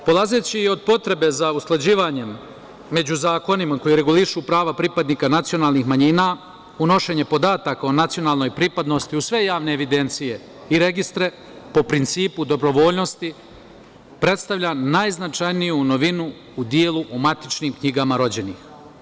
Polazeći od potrebe za usklađivanjem među zakonima koji regulišu prava pripadnika nacionalnih manjina, unošenje podataka o nacionalnoj pripadnosti u sve javne evidencije i registre, po principu dobrovoljnosti, predstavlja najznačajniju novinu u delu u matičnim knjigama rođenih.